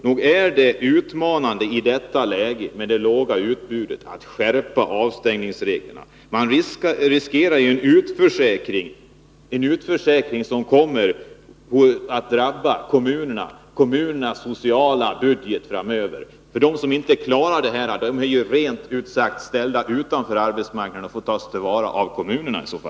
Nog är det utmanande — i nuvarande läge, med det låga utbud av arbete som finns — att skärpa avstängningsreglerna. Man riskerar en utförsäkring, som kommer att drabba kommunernas sociala budgetar framöver. De som inte uppfyller reglerna blir helt enkelt ställda utanför arbetsmarknaden och får tas om hand av kommunerna.